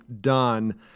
done